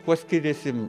kuo skiriasi